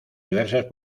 diversas